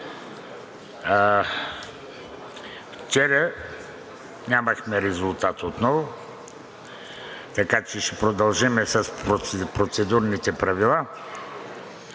Вчера нямахме резултат отново, така че ще продължим с процедурните правила.